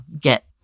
get